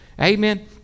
Amen